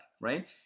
right